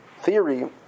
theory